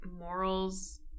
morals